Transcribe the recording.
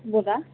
बोला